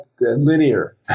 linear